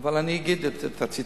אבל אני אגיד את הציטוטים.